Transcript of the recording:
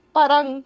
parang